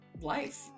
life